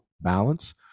balance